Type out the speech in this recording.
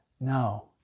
No